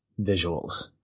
visuals